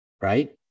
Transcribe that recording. Right